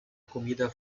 comida